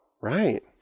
Right